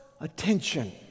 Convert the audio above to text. attention